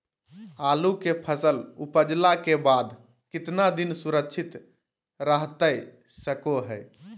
आलू के फसल उपजला के बाद कितना दिन सुरक्षित रहतई सको हय?